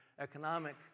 economic